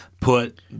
put